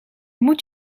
moet